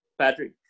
Patrick